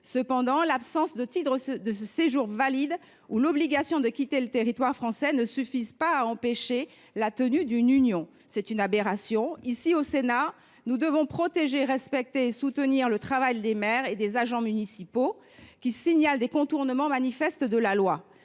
d’un titre de séjour valide ou l’obligation de quitter le territoire français ne suffisent pas à empêcher la tenue d’une union. C’est une aberration ! Le rôle du Sénat est de protéger, de respecter et de soutenir le travail des maires et des agents municipaux qui signalent des contournements manifestes de la loi.